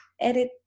edit